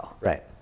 Right